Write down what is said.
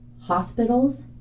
hospitals